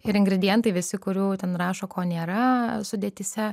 ir ingredientai visi kurių ten rašo ko nėra sudėtyse